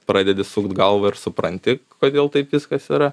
pradedi sukt galvą ir supranti kodėl taip viskas yra